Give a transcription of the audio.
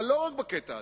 אבל לא רק בקטע הזה,